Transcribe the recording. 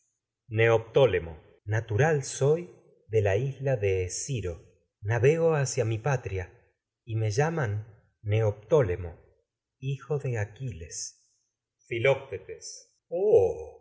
neoptólemo natural soy de la isla de esciro nafiloctetes vego hacia mi patria y me llaman neoptólemo hijo de aquiles